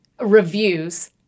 reviews